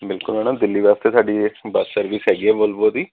ਬਿਲਕੁਲ ਮੈਡਮ ਦਿੱਲੀ ਵਾਸਤੇ ਸਾਡੀ ਏਸੀ ਬੱਸ ਸਰਵਿਸ ਹੈਗੀ ਆ ਵੋਲਵੋ ਦੀ